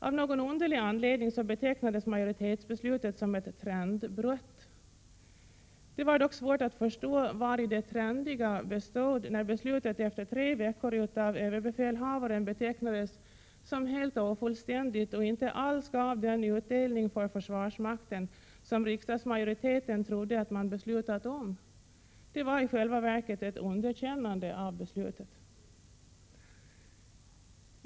Av någon underlig anledning betecknades majoritetsbeslutet som ett trendbrott. Det var dock svårt att förstå vari det trendiga bestod, när beslutet efter tre veckor av ÖB betecknades som helt ofullständigt och inte alls gav den utdelning för försvarsmakten som riksdagsmajoriteten trodde att man beslutat om. Det var i själva verket ett underkännande av beslutet.